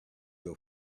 your